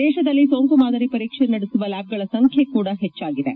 ದೇಶದಲ್ಲಿ ಸೋಂಕು ಮಾದರಿ ಪರೀಕ್ಷೆ ನಡೆಸುವ ಲ್ಕಾಬ್ಗಳ ಸಂಖ್ಯೆ ಕೂಡ ಹೆಜ್ಜಾಗಿದೆ